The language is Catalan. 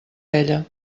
ella